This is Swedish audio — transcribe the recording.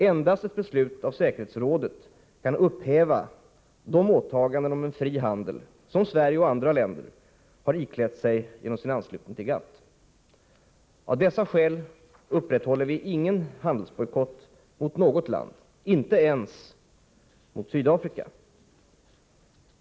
Endast ett beslut av säkerhetsrådet kan upphäva de åtaganden om en fri handel som Sverige och andra länder har iklätt sig genom sin anslutning till GATT. Av dessa skäl upprätthåller vi ingen handelsbojkott mot något land. Inte ens mot Sydafrika.